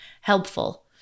helpful